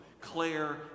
Claire